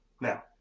now